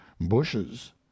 bushes